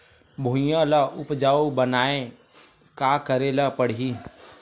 भुइयां ल उपजाऊ बनाये का करे ल पड़ही?